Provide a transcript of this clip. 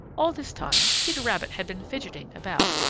all this time peter rabbit had been fidgeting about.